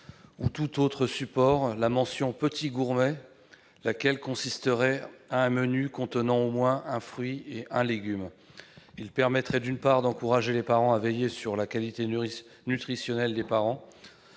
ou tout autre support, une mention « petit gourmet », laquelle consisterait en un menu contenant au moins un fruit et un légume. Son adoption permettrait, d'une part, d'encourager les parents à veiller sur la qualité nutritionnelle des repas